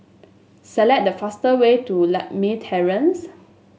select the fastest way to Lakme Terrace